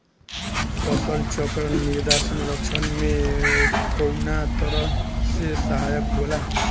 फसल चक्रण मृदा संरक्षण में कउना तरह से सहायक होला?